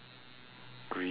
green